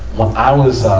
when i was, um,